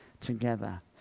together